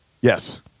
Yes